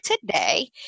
today